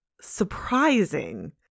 surprising